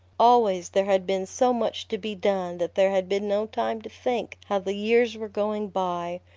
always there had been so much to be done that there had been no time to think how the years were going by,